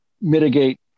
mitigate